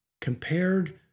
compared